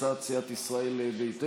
הצעת סיעת ישראל ביתנו,